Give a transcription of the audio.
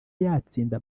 yatsinda